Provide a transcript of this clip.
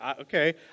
okay